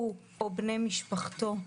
הוא או בני משפחתו,